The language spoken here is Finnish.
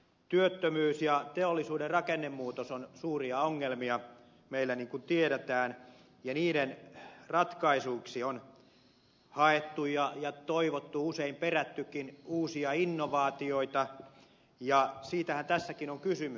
työttömyys ja teollisuuden rakennemuutos ovat suuria ongelmia meillä niin kuin tiedetään ja niiden ratkaisuiksi on haettu ja toivottu usein perättykin uusia innovaatioita ja siitähän tässäkin on kysymys